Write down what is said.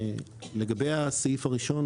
לגבי הסעיף הראשון,